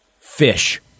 Fish